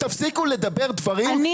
לא נכון,